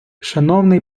шановний